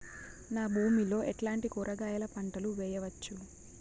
నా భూమి లో ఎట్లాంటి కూరగాయల పంటలు వేయవచ్చు?